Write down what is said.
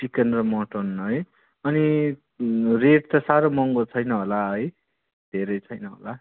chicken र mutton है अनि रेट त साह्रो महँगो छैन होला है धेरै छैन होला